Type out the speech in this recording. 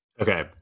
Okay